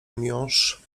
miąższ